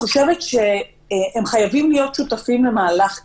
הם חייבים להיות שותפים למהלך כזה.